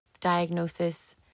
diagnosis